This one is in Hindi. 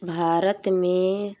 भारत में